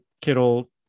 Kittle